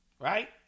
Right